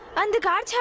and kartikeya